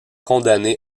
condamné